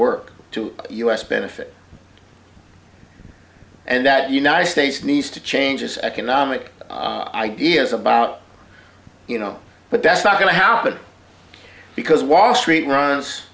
work to u s benefit and that united states needs to change its economic ideas about you know but that's not going to happen because wall street runs